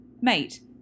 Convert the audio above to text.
Mate